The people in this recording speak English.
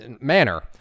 manner